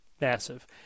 massive